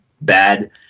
bad